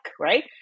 right